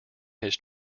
his